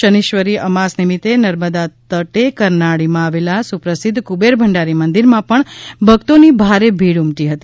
શનીશ્વરી અમાસ નિમિત્તે નર્મદા તટે કરનાળીમાં આવેલા સુપ્રસિદ્ધ કુબેર ભંડારી મંદિરમાં પણ ભક્તોની ભારે ભીડ ઉમટી હતી